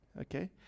Okay